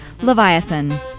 Leviathan